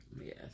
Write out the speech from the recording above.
Yes